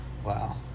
Wow